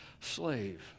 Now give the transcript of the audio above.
slave